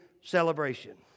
celebration